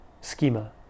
schema